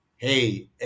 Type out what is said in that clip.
Hey